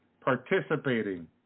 participating